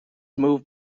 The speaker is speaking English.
move